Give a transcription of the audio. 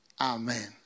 Amen